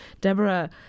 Deborah